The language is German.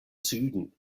süden